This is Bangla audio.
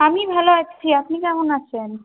আমি ভালো আছি আপনি কেমন আছেন